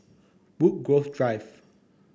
Woodgrove Drive